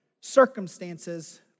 Circumstances